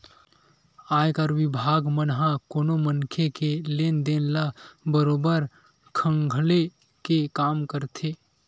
आयकर बिभाग मन ह कोनो मनखे के लेन देन ल बरोबर खंघाले के काम करथे